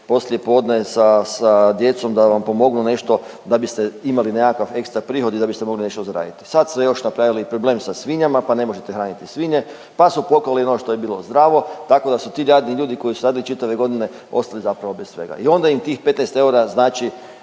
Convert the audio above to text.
poslijepodne sa djecom da vam pomognu nešto da biste imali nekakav ekstra prihod i da biste mogli nešto zaraditi. Sad su još napravili problem sa svinjama pa ne možete hraniti svinje, pa su poklali ono što je bilo zdravo tako da su ti jadni ljudi koji su radili čitave godine ostali zapravo bez svega i onda im tih 15 eura znači